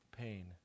pain